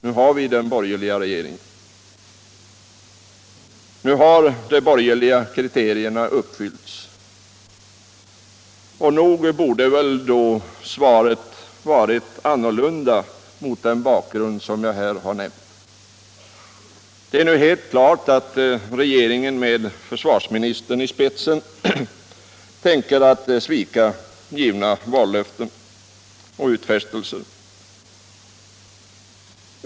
Nu har vi den borgerliga regeringen — nu har de borgerliga kriterierna uppfyllts. Nog borde svaret då ha varit annorlunda mot den bakgrund som jag här nämnt! Men det är nu helt klart att regeringen med försvarsministern i spetsen tänker svika givna vallöften och utfästelser.